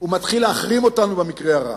ומתחיל להחרים אותנו במקרה הרע.